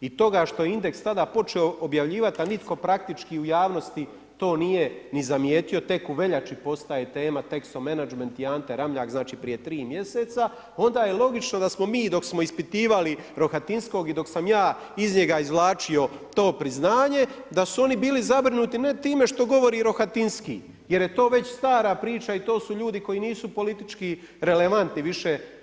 i toga što je Indeks tada počeo objavljivati, pa nitko praktički u javnosti to nije ni zamijetio, tek u veljači postaje tema Texo Management i Ante Ramljak, znači prije tri mjeseca, onda je logično da smo mi dok smo ispitivali Rohatinskog i dok sam ja iz njega izvlačio to priznanje, da su oni bili zabrinuti ne tim što govori Rohatinski jer je to već stara priča i to su ljudi koji nisu politički relevantni više.